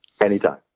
anytime